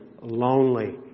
lonely